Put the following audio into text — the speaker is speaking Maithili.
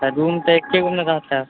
तऽ रूम तऽ एक्कैगे मे रहतै